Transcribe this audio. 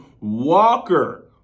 walker